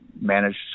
managed